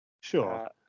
sure